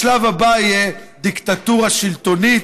השלב הבא יהיה דיקטטורה שלטונית.